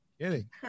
kidding